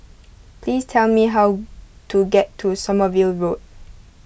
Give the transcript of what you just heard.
please tell me how to get to Sommerville Road